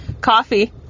coffee